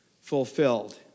fulfilled